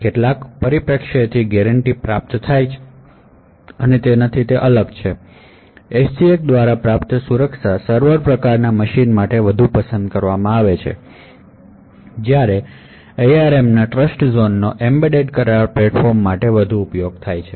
કેટલાક પરિપ્રેક્ષ્યથી ગેરંટી અને સુરક્ષા કે જે SGX દ્વારા પ્રાપ્ત થાય છે તે સર્વર પ્રકારનાં મશીન માટે વધુ પસંદ કરવામાં આવશે જ્યારે ARM નો ટ્રસ્ટઝોન એમ્બેડેડ પ્લેટફોર્મ માટે વધુ યોગ્ય છે